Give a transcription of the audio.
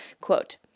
Quote